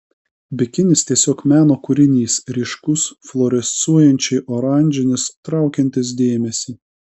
bikinis tiesiog meno kūrinys ryškus fluorescuojančiai oranžinis traukiantis dėmesį